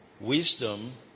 Wisdom